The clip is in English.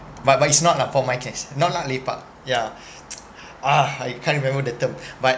but but it's not lah for my case not like lepak ya ah I can't remember the term but